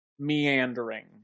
meandering